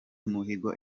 umuhigo